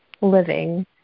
living